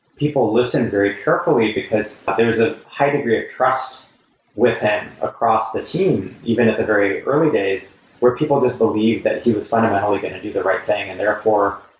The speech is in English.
people listened very carefully, because there was a high degree of trust with him across the team, even at the very early days where people just believed that he was fundamentally going to do the right thing. and therefore,